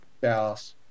Dallas